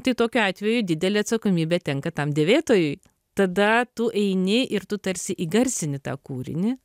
tai tokiu atveju didelė atsakomybė tenka tam dėvėtojui tada tu eini ir tu tarsi įgarsini tą kūrinį